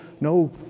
no